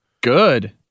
Good